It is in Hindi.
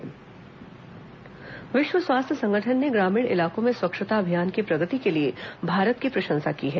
स्वच्छ भारत अभियान प्रशंसा विश्व स्वास्थ्य संगठन ने ग्रामीण इलाकों में स्वच्छता अभियान की प्रगति के लिए भारत की प्रशंसा की है